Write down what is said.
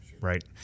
right